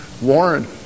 Warren